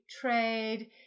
trade